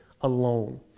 alone